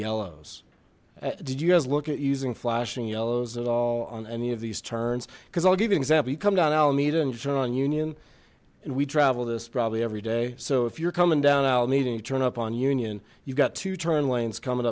yellows did you guys look at using flashing yellows at all on any of these turns because i'll give you example you come down alameda and you turn on union and we travel this probably every day so if you're coming down out meeting you turn up on union you've got to